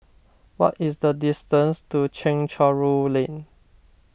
what is the distance to Chencharu Lane